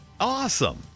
Awesome